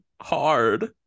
hard